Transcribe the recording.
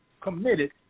Committed